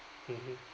mmhmm